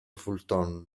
fulton